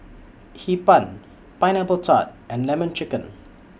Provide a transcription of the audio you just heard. Hee Pan Pineapple Tart and Lemon Chicken